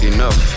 Enough